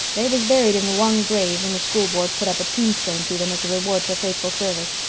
they was buried in the one grave and the school board put up a tombstone to them as a reward for faithful service.